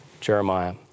Jeremiah